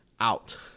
out